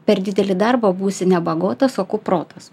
per didelį darbą būsi ne bagotas o kuprotas